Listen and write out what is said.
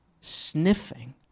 sniffing